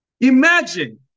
Imagine